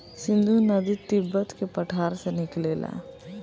सिन्धु नदी तिब्बत के पठार से निकलेला